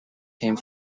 came